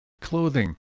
clothing